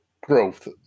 growth